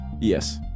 Yes